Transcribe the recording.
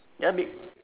ya be~